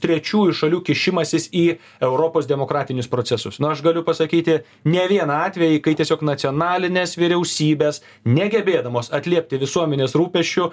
trečiųjų šalių kišimasis į europos demokratinius procesus na aš galiu pasakyti ne vieną atvejį kai tiesiog nacionalinės vyriausybės negebėdamos atliepti visuomenės rūpesčių